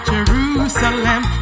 Jerusalem